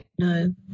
No